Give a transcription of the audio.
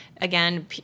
Again